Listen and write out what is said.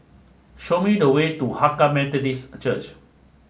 show me the way to Hakka Methodist Church